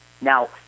Now